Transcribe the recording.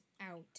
out